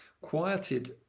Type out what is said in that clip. quieted